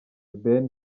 ben